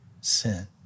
sin